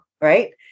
right